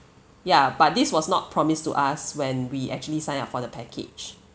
ya but this was not promised to us when we actually sign up for the package